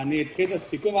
אתחיל בסיכום,